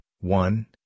One